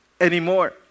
anymore